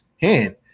hand